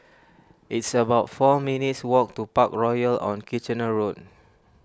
it's about four minutes' walk to Parkroyal on Kitchener Road